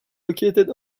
located